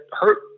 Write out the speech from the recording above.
hurt